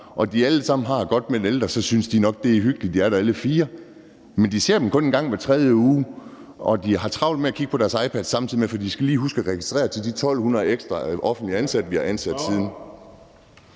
og de alle sammen har det godt med den ældre, så synes de nok, det er hyggeligt, at de er der alle fire. Men de ser dem kun en gang hver tredje uge, og de har travlt med at kigge på deres iPads samtidig, for de skal lige huske at registrere tiden, så de 1.200 ekstra offentligt ansatte bliver ansat.